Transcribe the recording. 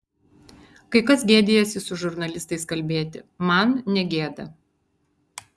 kai kas gėdijasi su žurnalistais kalbėti man negėda